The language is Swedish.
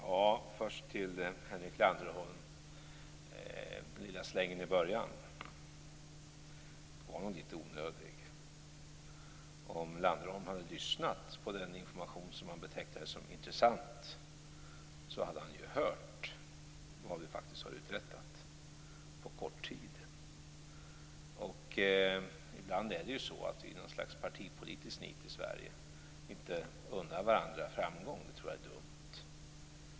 Herr talman! Först vill jag säga till Henrik Landerholm att den lilla slängen i början var litet onödig. Om Landerholm hade lyssnat på den information som han betecknade som intressant hade han hört vad vi faktiskt har uträttat på kort tid. Ibland unnar vi i Sverige varandra inte framgång i något slags partipolitisk nit. Det tror jag är dumt.